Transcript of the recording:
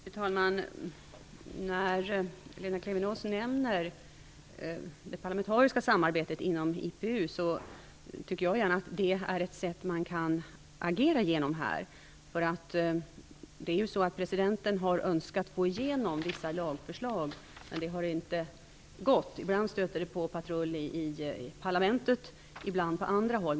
Fru talman! Lena Klevenås nämnde det parlamentariska samarbetet inom IPU. Detta är ju ett sätt som man kan agera på. Presidenten har önskat få igenom vissa lagförslag, men det har inte gått. Ibland stöter det på patrull i parlamentet, ibland på andra håll.